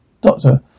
Doctor